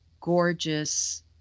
gorgeous